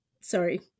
Sorry